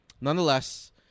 Nonetheless